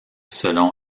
selon